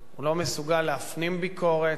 הוא לא מסוגל להפנים ביקורת,